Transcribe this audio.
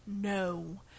no